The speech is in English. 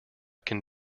can